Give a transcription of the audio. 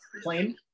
plain